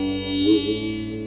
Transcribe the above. e